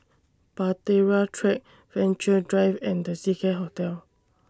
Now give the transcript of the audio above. Bahtera Track Venture Drive and The Seacare Hotel